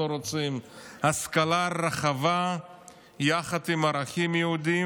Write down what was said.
רוצים: השכלה רחבה יחד עם ערכים יהודיים,